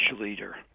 leader